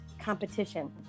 competition